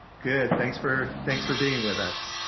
good. thanks for thanks for being with us.